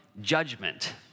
judgment